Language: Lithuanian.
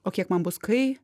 o kiek man bus kai